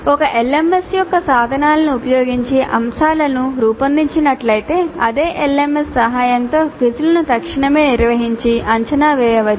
ఒక LMS యొక్క సాధనాలను ఉపయోగించి అంశాలను రూపొందించినట్లయితే అదే LMS సహాయంతో క్విజ్లను తక్షణమే నిర్వహించి అంచనా వేయవచ్చు